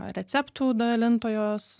receptų dalintojos